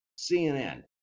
CNN